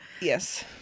Yes